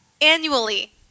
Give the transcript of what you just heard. annually